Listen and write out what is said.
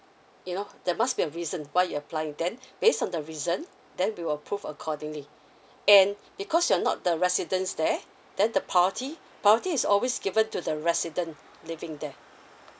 you know there must be a reason why you're applying then based on the reason then we will prove accordingly and because you're not the residence there then the priority priority is always given to the residence living there